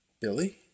Billy